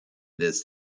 this